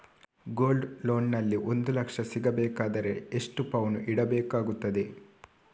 Gold loan ನಲ್ಲಿ ಒಂದು ಲಕ್ಷ ಸಿಗಬೇಕಾದರೆ ಎಷ್ಟು ಪೌನು ಇಡಬೇಕಾಗುತ್ತದೆ?